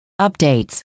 updates